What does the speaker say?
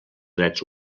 drets